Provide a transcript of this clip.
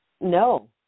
No